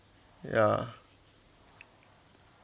ya